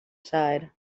side